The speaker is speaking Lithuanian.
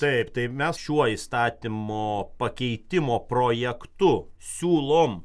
taip tai mes šiuo įstatymo pakeitimo projektu siūlom